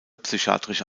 psychiatrische